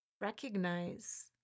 recognize